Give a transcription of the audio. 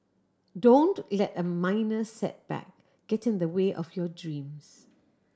don't let a minor setback get in the way of your dreams